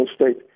state